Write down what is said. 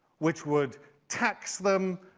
which would tax them,